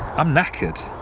i'm knackered.